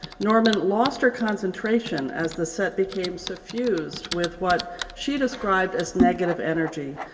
norman lost her concentration as the set became so fused with what she described as negative energy.